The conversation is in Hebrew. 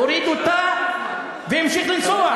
הוריד אותה והמשיך לנסוע,